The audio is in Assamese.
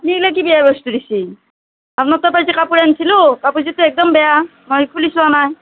আপনি কি এনে বেয়া বস্তু দিছি আপ্নাৰ তাৰ পৰা যে কাপোৰ আন্ছিলোঁ কাপোৰযোৰটো একদম বেয়া মই খুলি চোৱা নাই